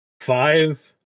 five